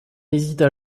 hésita